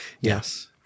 Yes